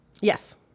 Yes